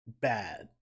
bad